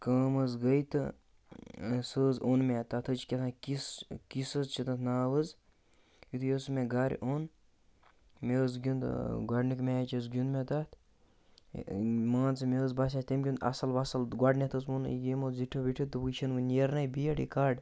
کٲم حظ گٔے تہٕ سُہ حظ اوٚن مےٚ تَتھ حظ چھِ کیٛاہ تھام کِس کِس حظ چھِ تَتھ ناو حظ یُتھُے حظ سُہ مےٚ گَرٕ اوٚن مےٚ حظ گیُنٛد گۄڈٕنیُک میچ حظ گیُنٛد مےٚ تَتھ مان ژٕ مےٚ حظ باسیو تٔمۍ گیُنٛد اَصٕل وصٕل گۄڈٕنٮ۪تھ حظ ووٚن یِمو زِٹھیو وِٹھیو تہٕ وۄنۍ چھِنہٕ یہِ نیرنَے بیٹ یہِ کَڑ